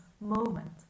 moment